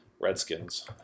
Redskins